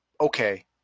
okay